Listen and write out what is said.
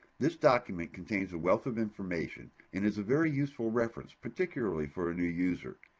this document contains a wealth of information and is a very useful reference, particularly for a new user.